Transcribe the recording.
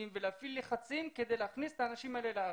ולהפעיל לחצים כדי להכניס את האנשים לארץ?